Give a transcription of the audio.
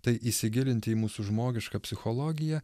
tai įsigilinti į mūsų žmogišką psichologiją